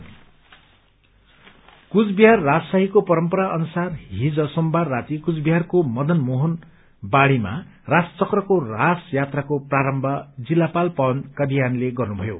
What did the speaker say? रस मेला कूचबिहार राजशाहीको परम्परा अनुसार हिज सोमबार राती कूचबिहारको मदन मोहन बाड़ीमा रासचक्रको रास यात्राको प्रारम्भ जिल्लापाल पवन कादियानले गर्नुभयो